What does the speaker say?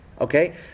Okay